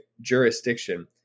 jurisdiction